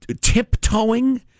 tiptoeing